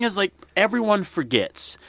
like, everyone forgets.